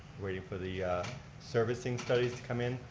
waiting for the servicing studies to come in.